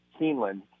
Keeneland